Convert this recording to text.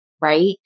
right